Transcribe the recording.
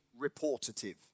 reportative